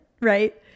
right